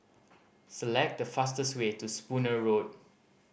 select the fastest way to Spooner Road